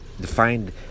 defined